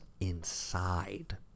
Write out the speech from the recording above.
inside